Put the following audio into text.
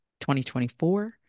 2024